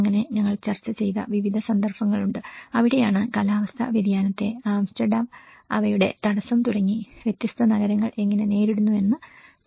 അങ്ങനെ ഞങ്ങൾ ചർച്ച ചെയ്ത വിവിധ സന്ദർഭങ്ങളുണ്ട് അവിടെയാണ് കാലാവസ്ഥാ വ്യതിയാനത്തെ ആംസ്റ്റർഡാം അവയുടെ തടസ്സം തുടങ്ങി വ്യത്യസ്ത നഗരങ്ങൾ എങ്ങനെ നേരിടുന്നു എന്ന് കാണേണ്ടത്